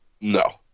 No